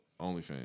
OnlyFans